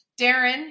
Darren